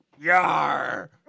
Yar